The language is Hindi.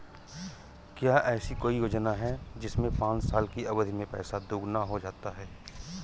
क्या ऐसी कोई योजना है जिसमें पाँच साल की अवधि में पैसा दोगुना हो जाता है?